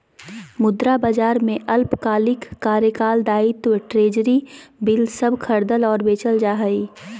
मुद्रा बाजार में अल्पकालिक कार्यकाल दायित्व ट्रेज़री बिल सब खरीदल और बेचल जा हइ